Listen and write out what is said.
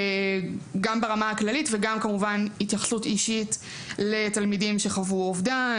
ברמה הכללית וגם כמובן התייחסות אישית לתלמידים שחוו אובדן.